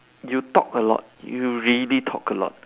you talk a lot you really talk a lot